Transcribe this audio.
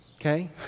okay